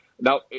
Now